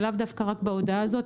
ולאו דווקא רק בהודעה הזאת,